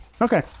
Okay